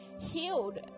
healed